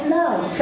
love